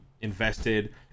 invested